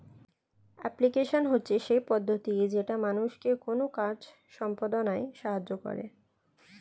application হচ্ছে সেই পদ্ধতি যেটা মানুষকে কোনো কাজ সম্পদনায় সাহায্য করে